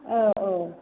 औ